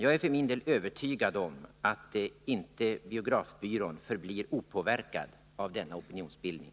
Jag är för min del övertygad om att inte biografbyrån förblir opåverkad av denna opinionsbildning.